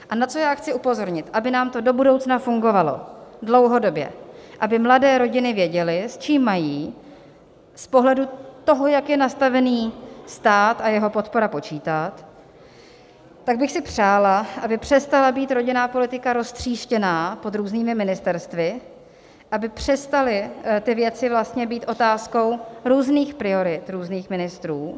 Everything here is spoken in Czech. A na co chci upozornit, aby nám to do budoucna fungovalo dlouhodobě, aby mladé rodiny věděly, s čím mají z pohledu toho, jak je nastavený stát a jeho podpora, počítat, tak bych si přála, aby přestala být rodinná politika roztříštěná pod různými ministerstvy, aby přestaly ty věci být otázkou různých priorit různých ministrů.